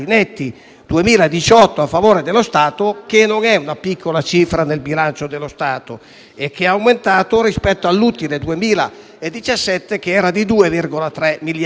2018, a favore dello Stato, che non è una piccola cifra nel bilancio statale e che è aumentato rispetto all'utile del 2017, che era di 2,3 miliardi